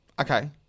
Okay